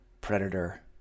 predator